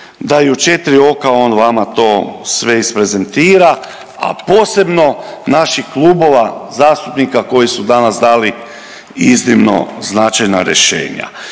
da i u četiri oka on vama to sve isprezentira, a posebno naših klubova zastupnika koji su danas dali iznimno značajna rješenja.